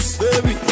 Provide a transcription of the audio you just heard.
baby